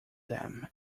them